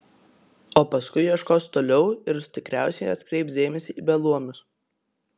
o paskui ieškos toliau ir tikriausiai atkreips dėmesį į beluomius